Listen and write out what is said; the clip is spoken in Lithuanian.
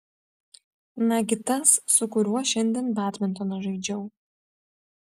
nagi tas su kuriuo šiandien badmintoną žaidžiau